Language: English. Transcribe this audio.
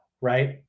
Right